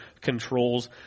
controls